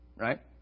Right